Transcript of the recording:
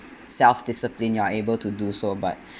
self-discipline you are able to do so but